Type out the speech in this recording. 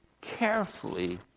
carefully